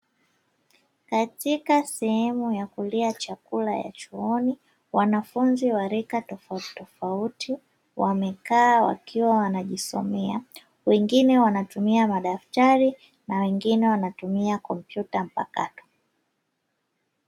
Katika sehumu ya kulia chakula ya chuoni, wanafunzi wa rika tofautitofauti wamekaa wakiwa wanajisomea, wengine wanatumia wanatumia madaftari na wengine wanatumia kompyuta mpakato.